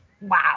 wow